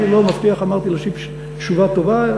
אני לא מבטיח, אמרתי, להשיב תשובה טובה.